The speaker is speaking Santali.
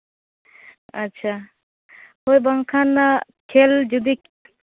ᱟᱪᱪᱷᱟ ᱛᱟᱹᱣ ᱵᱟᱝᱠᱷᱟᱱ ᱠᱷᱮᱞ ᱡᱩᱫᱤ